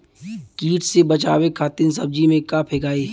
कीट से बचावे खातिन सब्जी में का फेकाई?